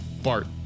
Bart